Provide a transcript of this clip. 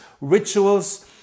rituals